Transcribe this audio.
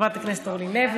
חבר הכנסת יהודה גליק.